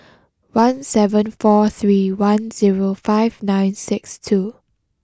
one seven four three one zero five nine six two